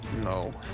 No